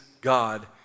God